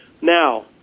Now